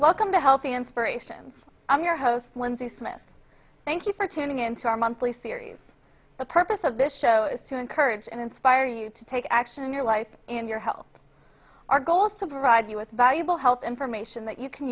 welcome to healthy inspirations i'm your host lindsey smith thank you for tuning in to our monthly series the purpose of this show is to encourage and inspire you to take action in your life and your health our goal is to provide you with valuable health information that you can